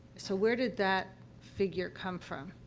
so, where did that figure come from?